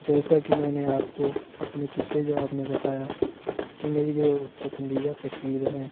جیسا کہ میں نے آپ کو اپنے پچھلے جواب میں بتایا کہ میری جو پسندیدہ تصویر ہیں